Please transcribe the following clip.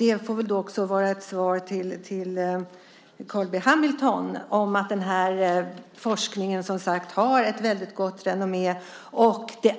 Det får väl också vara ett svar till Carl B Hamilton: Den här forskningen har ett mycket gott renommé och det